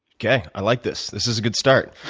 okay. i like this. this is a good start.